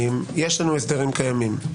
יש לנו הסדרים קיימים.